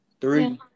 Three